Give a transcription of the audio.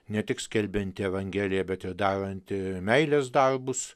ne tik skelbianti evangeliją bet ir daranti meilės darbus